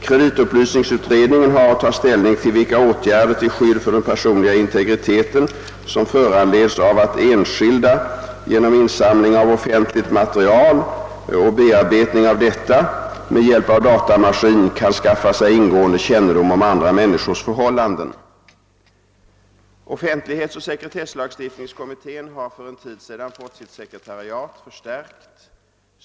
Kreditupplysningsutredningen har att ta ställning till vilka åtgärder till skydd för den personliga integriteten som föranleds av att enskilda genom insamling av offentligt material och bearbetning av detta med hjälp av datamaskin kan skaffa sig ingående kännedom om andra människors förhållanden. Offentlighetsoch = sekretesslagstiftningskommittén har för en tid sedan fått sitt sekretariat förstärkt.